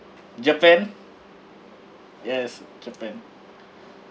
japan yes japan